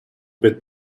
bit